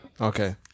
Okay